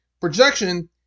Projection